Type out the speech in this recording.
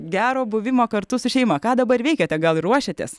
gero buvimo kartu su šeima ką dabar veikiate gal ruošiatės